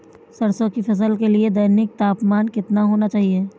सरसों की फसल के लिए दैनिक तापमान कितना होना चाहिए?